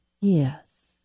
Yes